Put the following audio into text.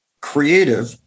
creative